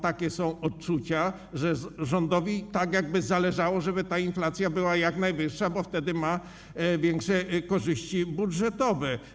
Takie są odczucia, że rządowi tak jakby zależało na tym, żeby ta inflacja była jak najwyższa, bo wtedy rząd ma większe korzyści budżetowe.